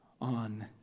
on